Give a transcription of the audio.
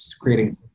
creating